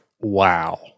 wow